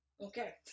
Okay